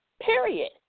period